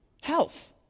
health